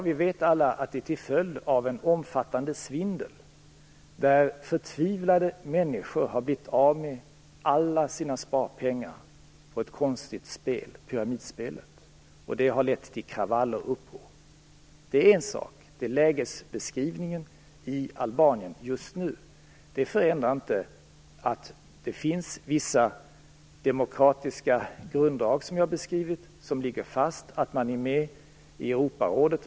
Vi vet alla att en omfattande svindel, där förtvivlade människor har blivit av med alla sina sparpengar på ett konstigt spel - pyramidspelet - har lett till kravaller och uppror. Det är en sak. Det är lägesbeskrivningen i Albanien just nu. Det förändrar inte det faktum att det finns vissa demokratiska grunddrag, som jag har beskrivit, som ligger fast. Man är med i Europarådet.